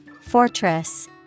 Fortress